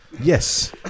Yes